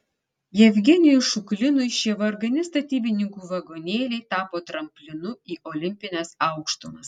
jevgenijui šuklinui šie vargani statybininkų vagonėliai tapo tramplinu į olimpines aukštumas